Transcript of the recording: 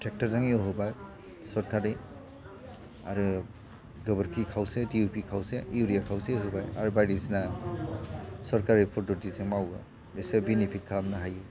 ट्रेक्ट'रजों एवहोबाय सर्टकार्टयै आरो गोबोरखि खावसे दि इउ पि खावसे आरो इउरिया खावसे होबाय आरो बायदिसिना सरकारि पद्ध'टिजों मावो इसे बेनिफित खालामनो हायो